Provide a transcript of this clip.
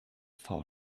far